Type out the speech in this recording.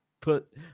put